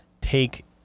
take